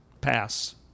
pass